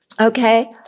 okay